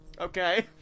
Okay